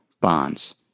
bonds